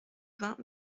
vingt